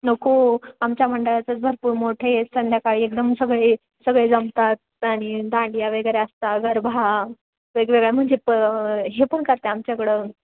नको आमच्या मंडळचंच भरपूर मोठे आहेत संध्याकाळी एकदम सगळे सगळे जमतात आणि दाडिया वगैरे असतात गरबा वेगवेगळ्या म्हणजे प हे पण करते आमच्याकडं